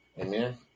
Amen